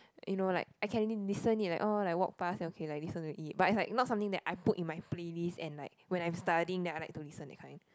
you know like I can listen it oh like walk pass then okay like listen to it but is like not something that I put in my playlist and like when I am studying I like to listen that kind